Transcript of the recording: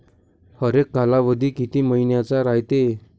हरेक कालावधी किती मइन्याचा रायते?